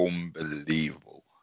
unbelievable